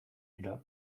dira